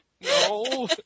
No